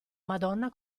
madonna